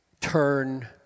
turn